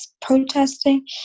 protesting